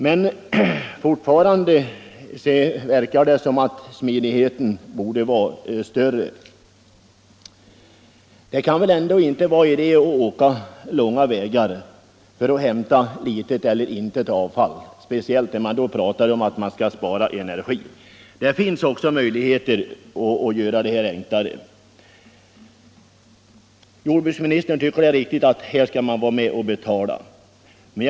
Men fortfarande verkar det som om smidigheten borde vara större. Det kan väl inte vara någon idé att åka långa vägar för att hämta litet eller intet avfall, särskilt när det talas om att man skall spara energi. Det finns också möjligheter att göra detta enklare. Jordbruksministern tycker att det är riktigt att man här skall vara med och betala även om inget avfall hämtats.